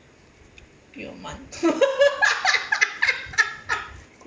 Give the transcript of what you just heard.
比我慢